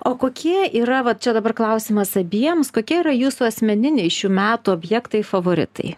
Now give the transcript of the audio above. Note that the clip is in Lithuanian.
o kokie yra vat čia dabar klausimas abiems kokie yra jūsų asmeniniai šių metų objektai favoritai